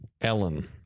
Ellen